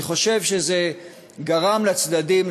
אני חושב שזה גרם לצדדים,